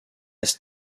est